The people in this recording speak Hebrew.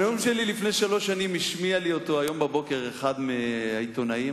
השמיע לי אותו הבוקר אחד העיתונאים,